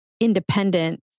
Independent